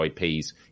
IPs